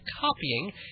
Copying